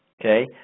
Okay